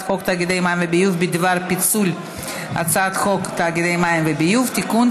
חוק תאגידי מים וביוב בדבר פיצול הצעת חוק תאגידי מים וביוב (תיקון,